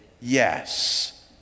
yes